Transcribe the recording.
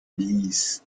ließ